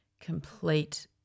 complete